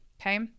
Okay